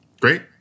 Great